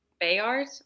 Bayard